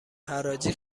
حراجی